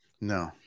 No